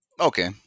Okay